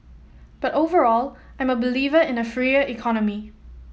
but overall I'm a believer in a freer economy